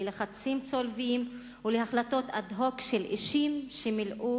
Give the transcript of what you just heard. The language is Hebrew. ללחצים צולבים ולהחלטות אד-הוק של אישים שמילאו